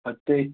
பத்து